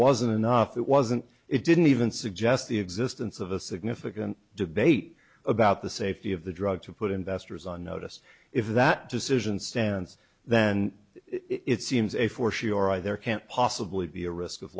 wasn't enough that wasn't it didn't even suggest the existence of a significant debate about the safety of the drug to put investors on notice if that decision stands then it seems a for she or i there can't possibly be a risk of